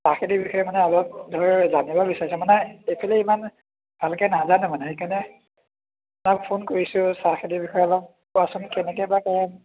চাহখেতিৰ বিষয়ে মানে অলপ ধৰ জানিব বিচাৰিছোঁ মানে এইফালে ইমান ভালকৈ নাজানে মানে সেইকাৰণে তোমাক ফোন কৰিছোঁ চাহখেতিৰ বিষয়ে অলপ কোৱাচোন কেনেকৈ বা কৰে